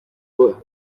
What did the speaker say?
kujya